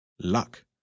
Luck